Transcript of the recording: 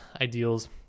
ideals